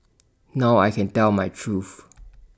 now I can tell my truth